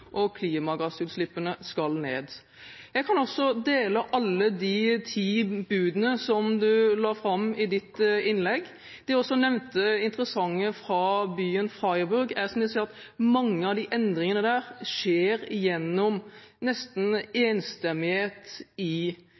og at klimagassutslippene skal ned. Jeg kan også dele representantens syn på alle de ti budene som han la fram i sitt innlegg. Det er også interessant det som ble nevnt fra byen Freiburg, at mange av endringene der skjer gjennom nesten enstemmighet i bystyret. Man kan se det samme i